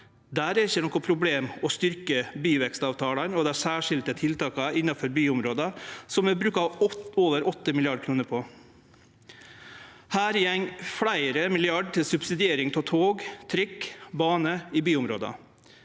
er det ikkje noko problem å styrkje byvekstavtalane og dei særskilte tiltaka innanfor byområda, som vi bruker over 8 mrd. kr på. Her går fleire milliardar til subsidiering av tog, trikk og bane i byområda.